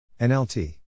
NLT